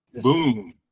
Boom